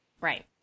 Right